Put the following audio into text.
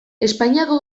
espainiako